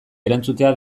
erantzutea